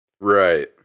right